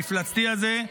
המפלצתי הזה,